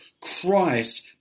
Christ